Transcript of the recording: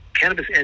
cannabis